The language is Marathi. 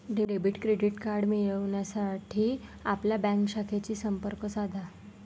डेबिट क्रेडिट कार्ड मिळविण्यासाठी आपल्या बँक शाखेशी संपर्क साधा